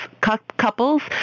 couples